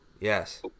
Yes